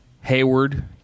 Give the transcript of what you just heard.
Hayward